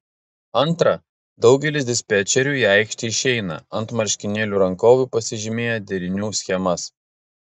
antra daugelis dispečerių į aikštę išeina ant marškinėlių rankovių pasižymėję derinių schemas